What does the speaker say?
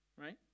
right